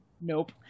Nope